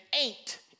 aint